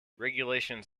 regulations